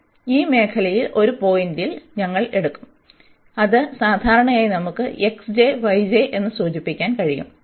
അതിനാൽ ഈ ഉപമേഖലയിൽ ഒരു പോയിന്റിൽ ഞങ്ങൾ എടുക്കും അത് സാധാരണയായി നമുക്ക് എന്ന്സൂചിപ്പിക്കാൻ കഴിയും